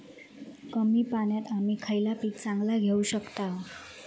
कमी पाण्यात आम्ही खयला पीक चांगला घेव शकताव?